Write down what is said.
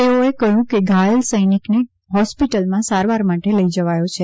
તેઓએ કહ્યું કે ઘાયલ સૈનિકને હોરસ્પટલમાં સારવાર માટે લઇ જવાયો છે